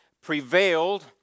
prevailed